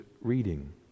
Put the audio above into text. reading